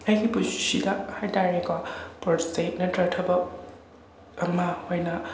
ꯑꯩꯒꯤ ꯄꯨꯟꯁꯤꯗ ꯍꯥꯏꯇꯥꯔꯦꯀꯣ ꯄ꯭ꯔꯣꯖꯦꯛ ꯅꯠꯇ꯭ꯔ ꯊꯕꯛ ꯑꯃ ꯑꯣꯏꯅ